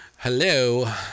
hello